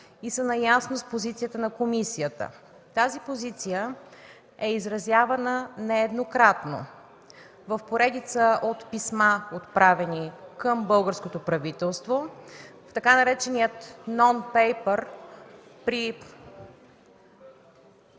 и са наясно с позицията на комисията. Тази позиция е изразявана нееднократно в поредица от писма, отправени към българското правителство, така нареченият „нон пейпър” при